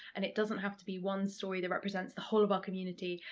and it doesn't have to be one story that represents the whole of our community.